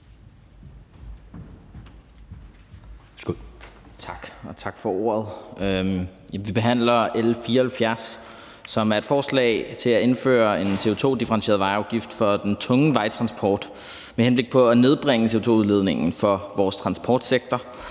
Tak for ordet. Vi behandler L 74, som er et forslag om at indføre en CO2-differentieret vejafgift for den tunge vejtransport med henblik på at nedbringe CO2-udledningen for vores transportsektor